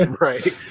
Right